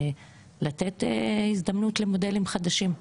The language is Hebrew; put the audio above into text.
ולתת הזדמנות למודלים חדשים.